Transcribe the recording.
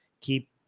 keep